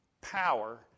power